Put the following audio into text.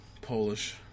Polish